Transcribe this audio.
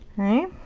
alright.